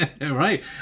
right